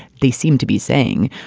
they seem to be saying,